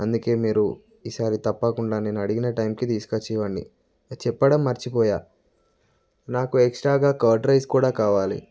అందుకే మీరు ఈసారి తప్పకుండా నేను అడిగిన టైంకి తీసుకు వచ్చి ఇవ్వండి చెప్పడం మరచిపోయాను నాకు ఎక్స్ట్రాగా కర్డ్ రైస్ కూడా కావాలి